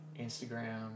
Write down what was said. Instagram